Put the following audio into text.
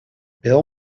bill